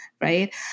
right